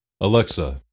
Alexa